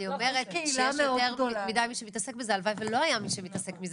אני אומרת שיש יותר מדי מי שמתעסק בזה והלוואי ולא היה מי שמתעסק בזה,